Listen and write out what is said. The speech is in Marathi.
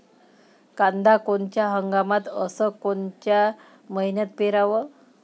कांद्या कोनच्या हंगामात अस कोनच्या मईन्यात पेरावं?